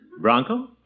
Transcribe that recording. Bronco